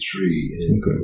three